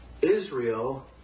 Israel